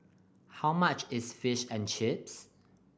how much is Fish and Chips